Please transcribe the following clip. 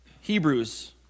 Hebrews